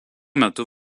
metu